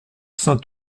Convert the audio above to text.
saint